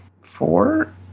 four